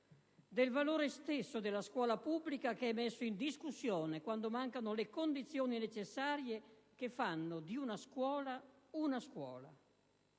del valore stesso della scuola pubblica, che è messo in discussione quando mancano le condizioni necessarie che fanno di una scuola una scuola,